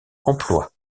emploi